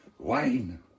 Wine